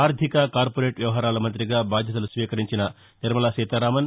ఆర్థిక కార్పొరేట్ వ్యవహారాల మంత్రిగా బాధ్యతలు చేపట్లిన నిర్మలా సీతారామన్